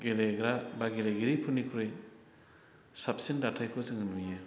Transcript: गेलेग्रा बा गेलेगिरिफोरनिख्रुइ साबसिन दाथायखौ जों नुयो